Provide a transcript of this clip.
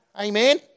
Amen